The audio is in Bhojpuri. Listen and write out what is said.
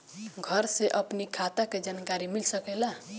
घर से अपनी खाता के जानकारी मिल सकेला?